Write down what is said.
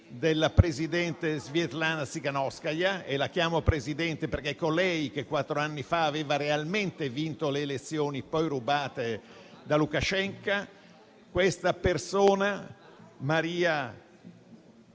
della presidente Svjatlana Tsikhanouskaya - la chiamo Presidente perché è colei che quattro anni fa aveva realmente vinto le elezioni, poi rubate da Lukaschenka - *Maria*